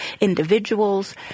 individuals